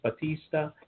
Batista